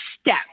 step